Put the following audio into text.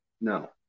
No